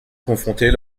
confronter